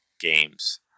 games